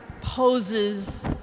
poses